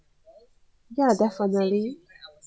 ya definitely